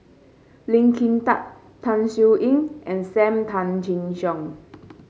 Lee Kin Tat Tan Siew Sin and Sam Tan Chin Siong